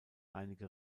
einige